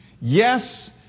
yes